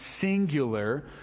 singular